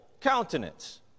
countenance